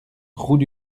route